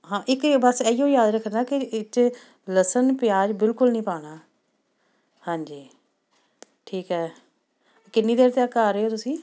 ਹਾਂ ਇੱਕ ਬਸ ਇਹੀਓ ਯਾਦ ਰੱਖਣਾ ਕਿ ਇਹ 'ਚ ਲਸਣ ਪਿਆਜ ਬਿਲਕੁਲ ਨਹੀਂ ਪਾਉਣਾ ਹਾਂਜੀ ਠੀਕ ਹੈ ਕਿੰਨੀ ਦੇਰ ਤੱਕ ਆ ਰਹੇ ਹੋ ਤੁਸੀਂ